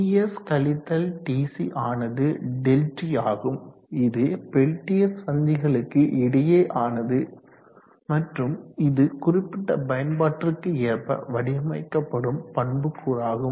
Ts கழித்தல் Tc ஆனது ΔT ஆகும் இது பெல்டியர் சந்திகளுக்கு இடையே ஆனது மற்றும் இது குறிப்பிட்ட பயன்பாட்டிற்கு ஏற்ப வடிவமைக்கப்படும் பண்புக்கூறாகும்